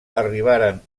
arribaren